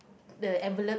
the envelope